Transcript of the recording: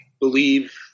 believe